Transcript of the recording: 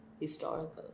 historical